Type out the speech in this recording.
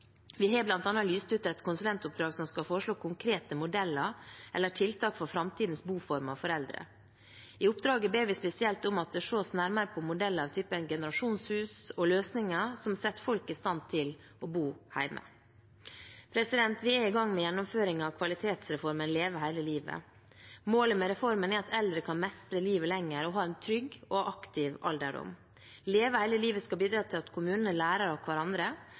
Vi har bl.a. lyst ut et konsulentoppdrag som skal foreslå konkrete modeller eller tiltak for framtidens boformer for eldre. I oppdraget ber vi spesielt om at det ses nærmere på modeller av typen generasjonshus og løsninger som setter folk i stand til å bo hjemme. Vi er i gang med gjennomføringen av kvalitetsreformen Leve hele livet. Målet med reformen er at eldre skal kunne mestre livet lenger og ha en trygg og aktiv alderdom. Leve hele livet skal bidra til at kommunene lærer av hverandre